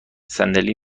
صندلی